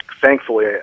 Thankfully